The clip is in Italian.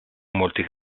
molti